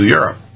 Europe